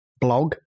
blog